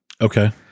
Okay